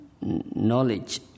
knowledge